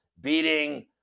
beating